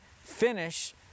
finish